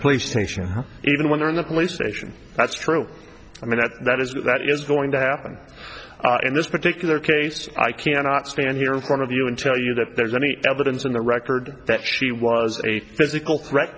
police station even when they're in the police station that's true i mean that that is that is going to happen in this particular case i cannot stand here in front of you and tell you that there's any evidence in the record that she was a physical threat